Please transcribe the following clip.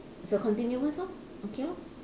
it's a continuous lor okay lor